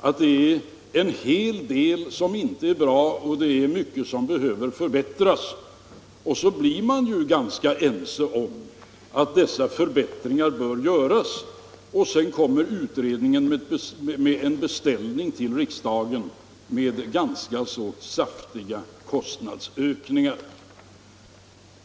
att det är en hel del som inte är bra och att det är mycket som bör förbättras. Man blir ense om att dessa förbättringar bör göras och då kommer utredningen med en beställning till riksdagen, med ganska så saftiga kostnadsökningar som följd.